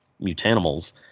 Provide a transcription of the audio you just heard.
mutanimals